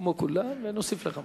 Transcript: כמו כולם, ונוסיף לך משהו.